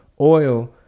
oil